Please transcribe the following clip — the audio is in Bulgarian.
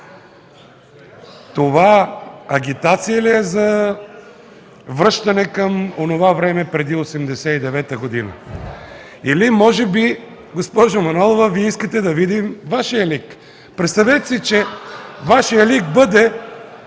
Това агитация ли е за връщане към онова време преди 1989 г.? Или може би, госпожо Манолова, Вие искате да видим Вашия лик? (Шум и оживление.) Представете си, че Вашият лик бъде